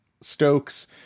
Stokes